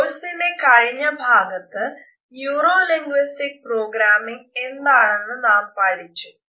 കോഴ്സിന്റെ കഴിഞ്ഞ ഭാഗത്തു ന്യൂറോ ലിംഗയ്സ്റ്റിക് പ്രോഗ്രാമിങ് എന്തെന്ന് നാം പഠിച്ചു